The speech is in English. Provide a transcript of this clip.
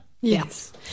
Yes